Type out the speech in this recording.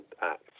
acts